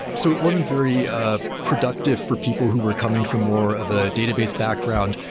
so it wasn't very ah productive for people who were coming from more of a database background,